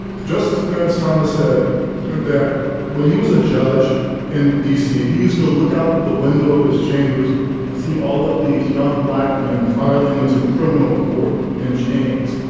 justice clarence thomas said that when he was a judge in d. c, he used to look out the window of his chambers and see all of these young black men filing into criminal court in chains.